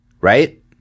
right